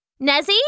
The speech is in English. Nezzy